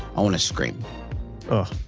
i want to scream ugh.